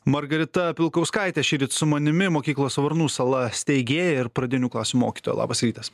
margarita pilkauskaitė šįryt su manimi mokyklos varnų sala steigėja ir pradinių klasių mokytoja labas rytas